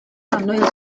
annwyl